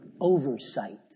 oversight